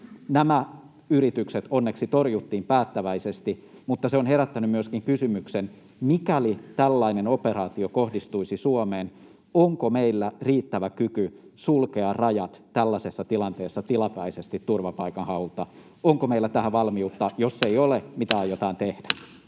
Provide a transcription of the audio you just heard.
Nämä yritykset onneksi torjuttiin päättäväisesti, mutta se on herättänyt myöskin kysymyksen: mikäli tällainen operaatio kohdistuisi Suomeen, onko meillä riittävä kyky sulkea rajat tällaisessa tilanteessa tilapäisesti turvapaikanhaulta? Onko meillä tähän valmiutta? [Leena Meri: Ei ole!]